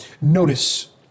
Notice